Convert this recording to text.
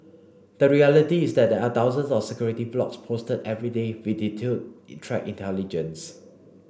the reality is that there are thousands of security blogs posted every day with detailed threat intelligence